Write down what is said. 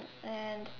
and